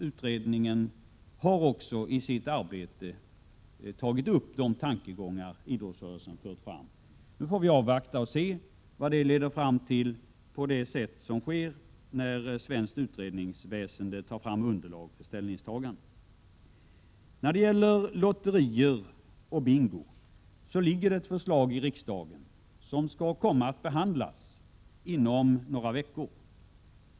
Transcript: Utredningen har också i sitt arbete tagit upp de tankegångar idrottsrörelsen fört fram. Nu får vi avvakta och se vad det leder fram till, såsom alltid är fallet när svenskt utredningsväsende tar fram underlag för ställningstaganden. När det gäller lotterier och bingo ligger i riksdagen ett förslag som kommer att behandlas inom några veckor.